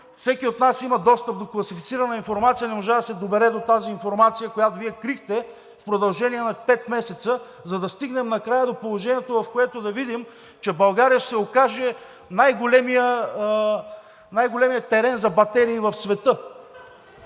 всеки от нас има достъп до класифицирана информация, не можа да се добере до тази информация, която Вие крихте в продължение на пет месеца, за да стигнем накрая до положението, в което да видим, че България ще се окаже най големият терен за батерии в света.